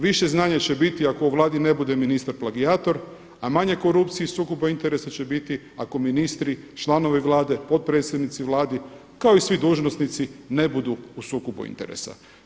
Više znanja će biti ako u Vladi ne bude ministar plagijator, a manje korupcije i sukoba interesa će biti ako ministri članovi Vlade, potpredsjednici Vlade kao i svi dužnosnici ne budu u sukobu interesa.